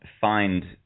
find